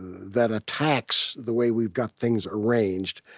that attacks the way we've got things arranged.